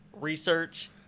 research –